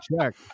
check